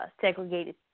segregated